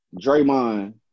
Draymond